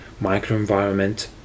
microenvironment